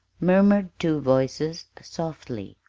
murmured two voices softly.